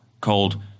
called